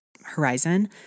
horizon